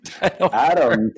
Adam